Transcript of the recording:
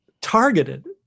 targeted